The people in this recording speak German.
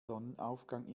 sonnenaufgang